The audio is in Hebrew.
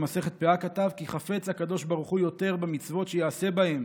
במסכת פאה כתב: כי חפץ הקדוש ברוך הוא יותר במצוות שיעשה בהן